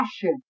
passion